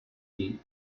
die